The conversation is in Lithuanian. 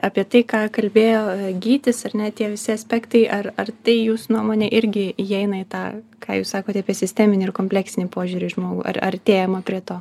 apie tai ką kalbėjo gytis ar ne tie visi aspektai ar ar tai jūs nuomone irgi įeina į tą ką jūs sakote apie sisteminį ir kompleksinį požiūrį į žmogų ar artėjama prie to